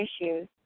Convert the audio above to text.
issues